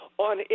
on